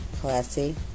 classy